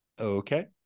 Okay